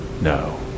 No